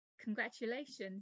congratulations